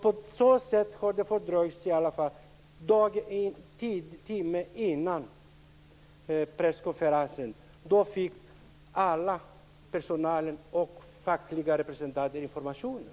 På så sätt dröjde det till en timme före presskonferensen innan alla, personalen och fackliga representanter, fick informationen.